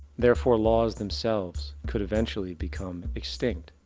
therefore laws themselves could eventually become extinct.